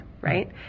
right